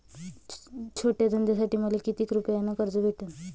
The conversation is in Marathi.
छोट्या धंद्यासाठी मले कितीक रुपयानं कर्ज भेटन?